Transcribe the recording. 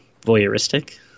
voyeuristic